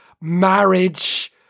marriage